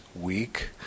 week